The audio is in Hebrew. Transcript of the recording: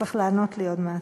שצריך לענות לי עוד מעט,